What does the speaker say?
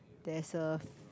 there's a